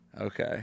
Okay